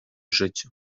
życiu